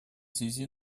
связи